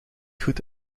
goed